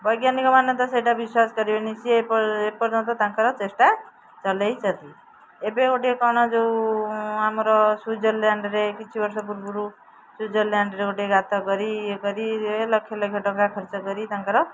ବୈଜ୍ଞାନିକମାନେ ତ ସେଇଟା ବିଶ୍ୱାସ କରିବେନି ସିଏ ଏପର୍ଯ୍ୟନ୍ତ ତାଙ୍କର ଚେଷ୍ଟା ଚଲେଇଛନ୍ତି ଏବେ ଗୋଟିଏ କ'ଣ ଯେଉଁ ଆମର ସୁଇଜରଲ୍ୟାଣ୍ଡରେ କିଛି ବର୍ଷ ପୂର୍ବରୁ ସୁଇଜରଲ୍ୟାଣ୍ଡରେ ଗୋଟେ ଗାତ କରି ଇଏ କରି ଲକ୍ଷ ଲକ୍ଷ ଟଙ୍କା ଖର୍ଚ୍ଚ କରି ତାଙ୍କର